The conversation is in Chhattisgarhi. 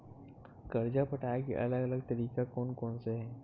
कर्जा पटाये के अलग अलग तरीका कोन कोन से हे?